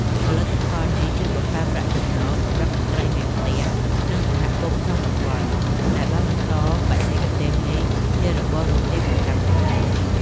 ផលិតផលនេះជួយបង្កើតប្រាក់ចំណូលសម្រាប់ស្រ្តីមេផ្ទះ និងសហគមន៍ក្នុងតំបន់ ដែលបានបន្តបច្ចេកទេសនេះជារបររកស៊ីប្រចាំថ្ងៃ។